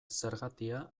zergatia